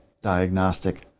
diagnostic